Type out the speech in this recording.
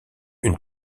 une